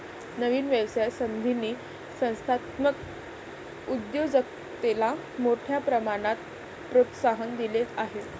नवीन व्यवसाय संधींनी संस्थात्मक उद्योजकतेला मोठ्या प्रमाणात प्रोत्साहन दिले आहे